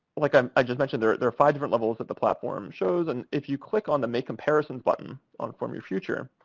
like um i just mentioned, there are five different levels that the platform shows. and if you click on the make comparison button on form your future,